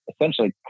essentially